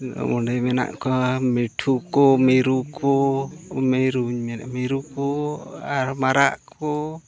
ᱚᱸᱰᱮ ᱢᱮᱱᱟᱜ ᱠᱚᱣᱟ ᱢᱤᱴᱷᱩ ᱠᱚ ᱢᱤᱨᱩ ᱠᱚ ᱢᱤᱨᱩᱧ ᱢᱮᱱᱮᱫᱼᱟ ᱢᱤᱨᱩ ᱠᱚ ᱟᱨ ᱢᱟᱨᱟᱜ ᱠᱚ